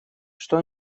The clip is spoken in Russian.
что